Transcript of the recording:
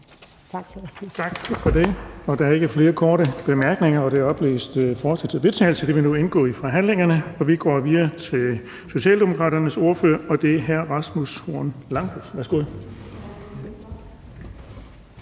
Tak for det. Der er ikke flere korte bemærkninger. Det oplæste forslag til vedtagelse vil nu indgå i forhandlingerne. Vi går videre til Socialdemokraternes ordfører, og det er hr. Rasmus Horn Langhoff. Værsgo.